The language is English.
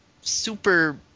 super